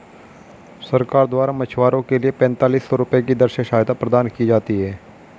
सरकार द्वारा मछुआरों के लिए पेंतालिस सौ रुपये की दर से सहायता प्रदान की जाती है